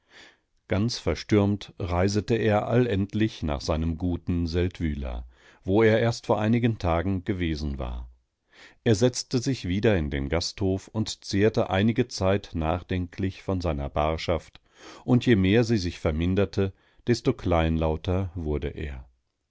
ganz verstürmt reiste er allendlich nach seinem guten seldwyla wo er erst vor einigen tagen gewesen war er setzte sich wieder in den gasthof und zehrte einige zeit nachdenklich von seiner barschaft und je mehr sie sich verminderte desto kleinlauter wurde er